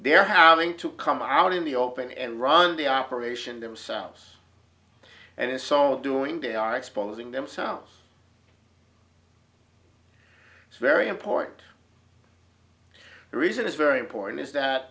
they're having to come out in the open and run the operation themselves and in so doing they are exposing themselves it's very important the reason it's very important is that